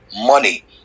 money